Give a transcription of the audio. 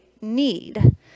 need